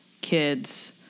kids